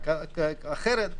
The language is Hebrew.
כזו או אחרת,